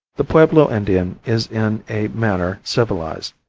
the pueblo indian is in a manner civilized,